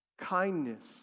kindness